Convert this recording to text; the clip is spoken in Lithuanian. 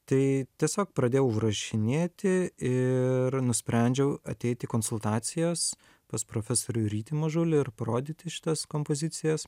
tai tiesiog pradėjau užrašinėti ir nusprendžiau ateit į konsultacijas pas profesorių rytį mažulį ir parodyti šitas kompozicijas